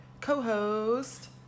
co-host